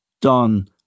done